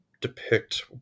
depict